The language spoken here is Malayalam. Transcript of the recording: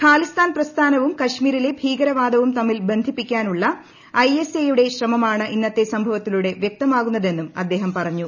ഖാലിസ്ഥാൻ കശ്മീരിലെ പ്രസ്ഥാനവും തമ്മിൽ ബന്ധിപ്പിക്കാനുള്ള ഐ എസ് ഐയുടെ ശ്രമമാണ് ഇന്നത്തെ സംഭവത്തിലൂടെ വ്യക്തമാകുന്നതെന്നും അദ്ദേഹം പറഞ്ഞു